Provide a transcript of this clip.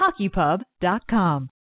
HockeyPub.com